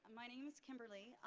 my name is kimberly.